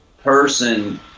person